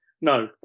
No